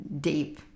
deep